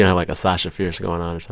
yeah like a sasha fierce going on